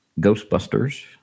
Ghostbusters